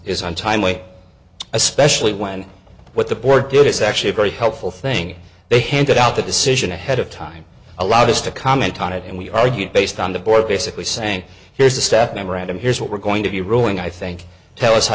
is untimely especially when what the board did is actually very helpful thing they handed out the decision ahead of time allowed us to comment on it and we argued based on the board basically saying here's a step memorandum here's what we're going to be ruling i think tell us how